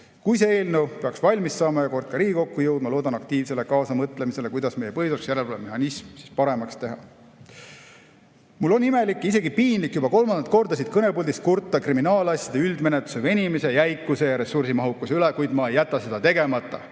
Kui see eelnõu peaks valmis saama ja kord ka Riigikokku jõudma, loodan aktiivsele kaasamõtlemisele, kuidas meie põhiseaduse järelevalve mehhanismi paremaks teha. Mul on imelik ja isegi piinlik juba kolmandat korda siit kõnepuldist kurta kriminaalasjade üldmenetluse venimise, jäikuse ja ressursimahukuse üle, kuid ma ei jäta seda tegemata.